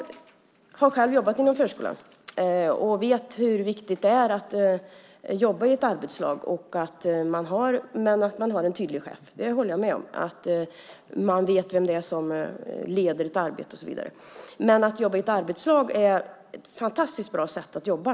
Jag har själv jobbat inom förskolan och vet hur viktigt det är att jobba i ett arbetslag men att man har en tydlig chef och vet vem det är som leder ett arbete och så vidare. Det håller jag med om. Men att jobba i ett arbetslag är ett fantastiskt bra sätt att jobba.